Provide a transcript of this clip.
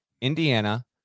Indiana